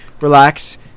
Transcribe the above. relax